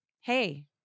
Hey